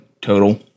total